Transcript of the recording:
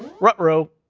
rut row.